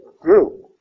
group